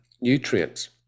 nutrients